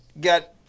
got